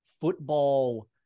football